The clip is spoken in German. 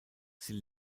sie